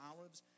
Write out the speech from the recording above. Olives